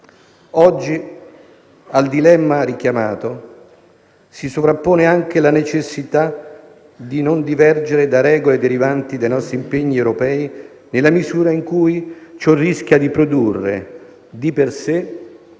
Oggi, al dilemma richiamato, si sovrappone anche la necessità di non divergere da regole derivanti dai nostri impegni europei, nella misura in cui ciò rischia di produrre, di per sé,